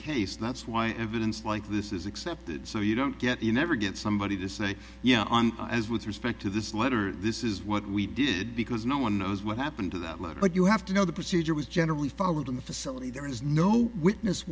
case that's why evidence like this is accepted so you don't get you never get somebody to say yeah on as with respect to this letter this is what we did because no one knows what happened to that letter but you have to know the procedure was generally